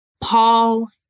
Paul